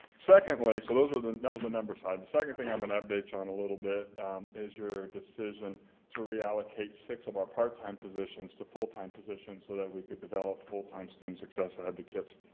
secondly, so those were the that was the numbers side. the second thing i'm going to update you on a little bit is your decision to reallocate six of our part-time positions to full-time positions so that we could develop full-time student success advocates.